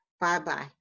Bye-bye